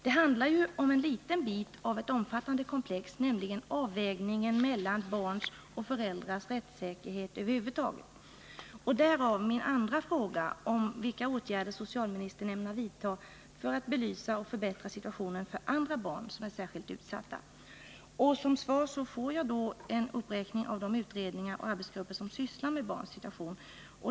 Det handlar ju om en liten bit av ett omfattande komplex, nämligen avvägningen mellan barns och föräldrars rättssäkerhet över huvud taget. Därav min andra fråga, om vilka åtgärder socialministern ämnar vidta för att belysa och förbättra situationen för andra barn som är särskilt utsatta. Som svar får jag en uppräkning av de utredningar och arbetsgrupper som sysslar med barns situation.